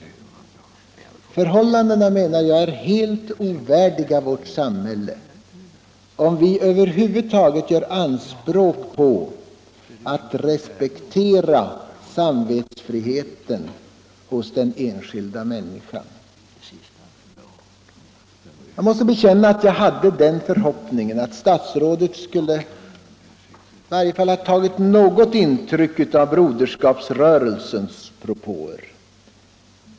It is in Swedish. Dessa förhållanden är, menar jag, helt ovärdiga vårt samhälle, om vi över huvud taget gör anspråk på att respektera samvetsfriheten hos den enskilda människan. Jag måste bekänna att jag hade förhoppningen att statsrådet skulle ha tagit i varje fall något intryck av Broderskapsrörelsens propåer.